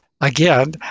again